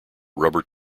rubber